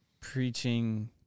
preaching